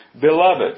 Beloved